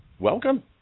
Welcome